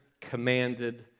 commanded